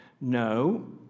No